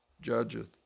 judgeth